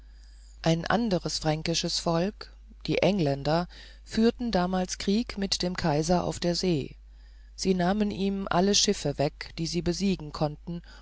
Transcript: ein anderes fränkisches volk die engländer führten damals krieg mit dem kaiser auf der see sie nahmen ihm alle schiffe weg die sie besiegen konnten